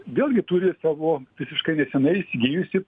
vėlgi turi savo visiškai nesenai įsigijusi